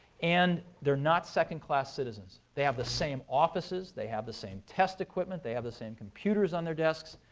and they're not second-class citizens. they have the same offices. they have the same test equipment. they have the same computers on their desks.